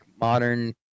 modern